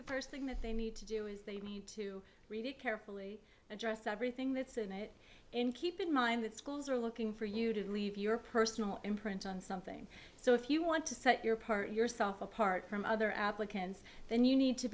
the first thing that they need to do is they need to read it carefully address everything that's in it and keep in mind that schools are looking for you to leave your personal imprint on something so if you want to set your part of yourself apart from other applicants then you need to